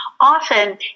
often